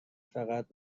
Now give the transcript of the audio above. فقط